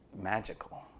magical